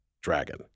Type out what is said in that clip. dragon